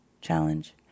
challenge